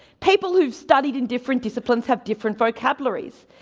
people who've studied in different disciplines have different vocabularies.